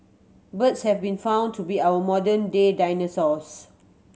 birds have been found to be our modern day dinosaurs